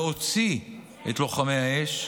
להוציא את לוחמי האש,